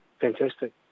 Fantastic